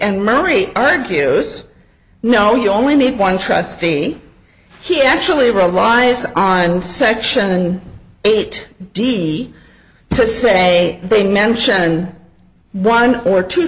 and marie argues no you only need one trustee he actually reliance on section eight d to say they mention one or two